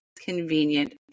convenient